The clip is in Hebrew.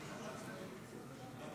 אנחנו